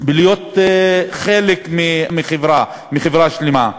להיות חלק מחברה, מחברה שלמה.